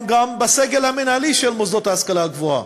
בסגל המינהלי של המוסדות להשכלה גבוהה.